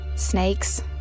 Snakes